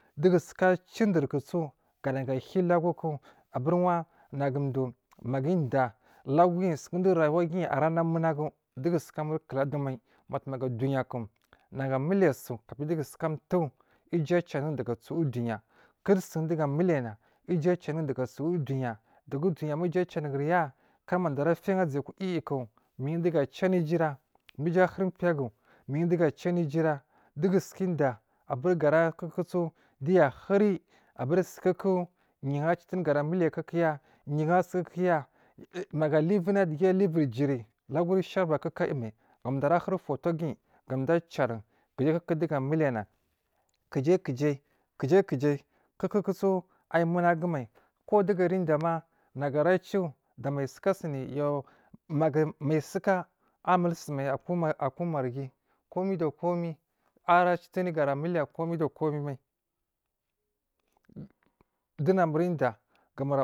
Dugu soka ciwo durkoso ganagu ahiya ulaguku kuku wai nagu duwo nagu udiyya la guguyi suwon dowo rayuwaguyi ara na munagu dugu suka mulkula dau mai matuma ga duyakuna gu amiliya su kabi dowogu su towo uju a ca anun daga su uduya kulsudugu a muliya daga uduya uju a carinya karmado wo ara fiyan a zeyiya akuku iyi iyiku min dugu ara ciwo anu ujura hia uju ahuri unipiya gu mindugu aciwo anu ujura dugu suka diyya abir gara huri kukusu diyya ahuri abur sukuku yu ara citiri gara muliya kukuya yasu kukuya, nagu aluvina dig aluviri jiri laguri sharbaku ku ayi mai dowu ara huri futuwogu ga dowo a carin kujai kuku dugu a miliya na kujai ku jai kukusu ayi munagu mai kudugu ara diyya ma nagu ara cuwo da mai sukasuni magu mai suka a mul sumai a mul su mai aku marghi komi da komi ara citiri gara miliya komi da komai mai dowo namir udiyya ga namur.